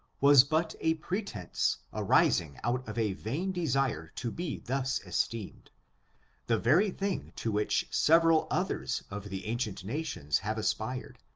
was but a pretense arising out of a vain desire to be thus esteemed the very thing to which several others of the ancient nations have aspired,